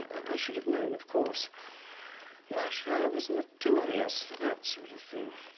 i should have known of course masher was notorious for that sort of thing.